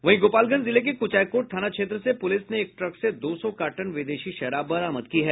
वहीं गोपालगंज जिले के कुचायकोट थाना क्षेत्र से पुलिस ने एक ट्रक से दो सौ कार्टन विदेश शराब बरामद की है